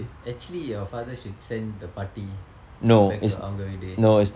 actually your father should send the பாட்டி:paatti back to அவங்க விட்டு:avnka vittu